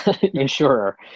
insurer